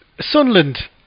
Sunland